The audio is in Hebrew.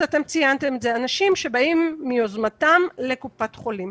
ואתם ציינתם את זה אנשים שבאים מיוזמתם לקופת חולים.